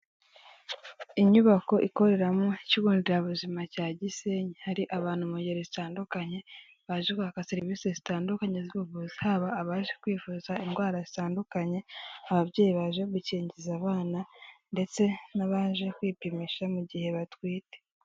Inyubako ikoreramo ikigonderabuzima cya Gisenyi hari abantu mu ngeri zitandukanye baje kwaka serivisi zitandukanye z'ubuvuzi haba abaje kwivuza indwara zitandukanye, ababyeyi baje gukingiza abana ndetse n'abaje kwipimisha mu gihe batwite.